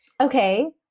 Okay